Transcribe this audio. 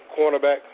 cornerback